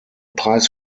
preis